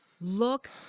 Look